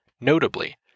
Notably